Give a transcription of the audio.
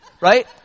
Right